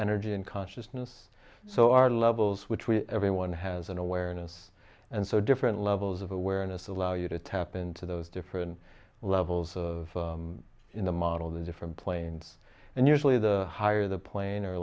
energy in consciousness so our levels which we everyone has an awareness and so different levels of awareness allow you to tap into those different levels of in the model the different planes and usually the higher the plane